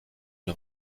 une